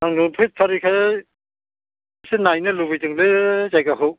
आं नुफेरथारिखाय एसे नायनो लुबैदों जायगाखौ